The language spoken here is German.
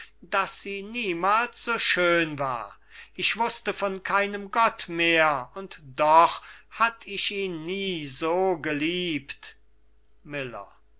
daß sie niemals so schön war ich wußte von keinem gott mehr und doch hatt ich ihn nie so geliebt miller